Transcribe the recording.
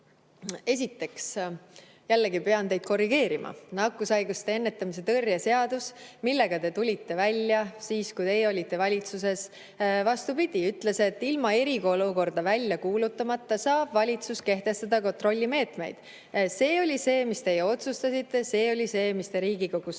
Esiteks, jällegi pean teid korrigeerima. Nakkushaiguste ennetamise ja tõrje seadus, millega te tulite välja siis, kui teie olite valitsuses, vastupidi, ütles, et valitsus saab ilma eriolukorda välja kuulutamata kehtestada kontrollimeetmeid. See oli see, mida teie otsustasite, see oli see, mida te Riigikogus